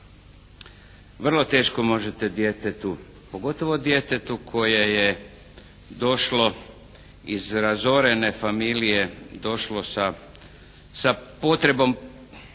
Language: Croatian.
Vrlo teško možete djetetu, pogotovo djetetu koje je došlo iz razorene familije, došlo sa potrebom